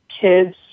kids